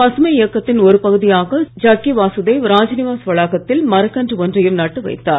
பசுமை இயக்கத்தின் ஒரு பகுதியாக சற்குரு ஜக்கி வாசுதேவ் ராஜ்நிவாஸ் வளாகத்தில் மரக்கன்று ஒன்றையும் நட்டு வைத்தார்